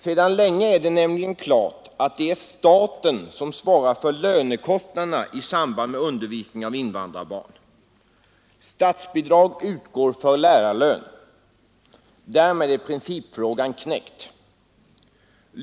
Sedan länge är det nämligen klart att det är staten som svarar för lönekostnaderna i samband med undervisning av invandrarbarn. Statsbidrag utgår för lärarlön. Därmed är principfrågan knäckt.